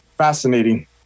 Fascinating